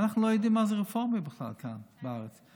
אנחנו יודעים מה זה רפורמי בכלל כאן בארץ.